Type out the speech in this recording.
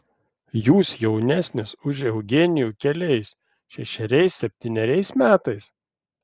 jūs jaunesnis už eugenijų keliais šešeriais septyneriais metais